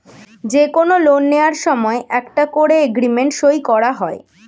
যে কোনো লোন নেয়ার সময় একটা করে এগ্রিমেন্ট সই করা হয়